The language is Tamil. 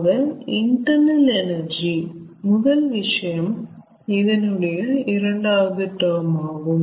ஆக இன்டெர்னல் எனர்ஜி முதல் விஷயம் இதனுடைய இரண்டாவது டேர்ம் ஆகும்